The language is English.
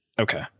Okay